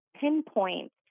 pinpoint